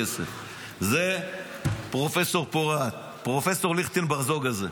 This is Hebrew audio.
זה פרופ' פורת, פרופ' ליכטיג בר-זוהר הזה.